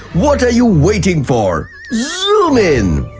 what are you waiting for? zoom in!